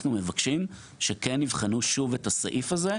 אנחנו מבקשים שכן יבחנו שוב את הסעיף הזה.